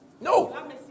No